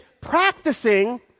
practicing